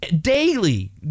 daily